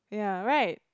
ya right